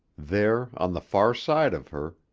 there, on the far side of her,